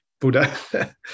Buddha